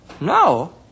No